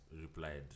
replied